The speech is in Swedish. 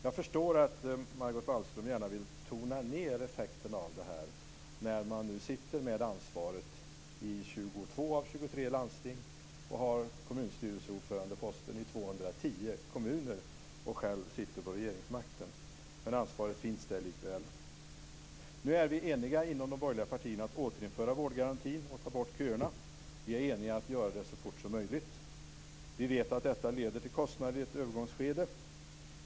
Jag förstår att Margot Wallström gärna vill tona ned effekterna av det här när man nu sitter med ansvaret i 22 av 23 landsting, när man har posten som kommunstyrelseordförande i 210 kommuner och när man själv sitter med regeringsmakten. Men ansvaret finns där likväl. Nu är vi eniga inom de borgerliga partierna om att återinföra vårdgarantin och ta bort köerna. Vi är eniga om att göra det så fort som möjligt. Vi vet att detta leder till kostnader i ett övergångsskede.